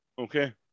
Okay